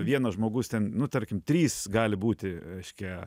vienas žmogus ten nu tarkim trys gali būti reiškia